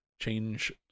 change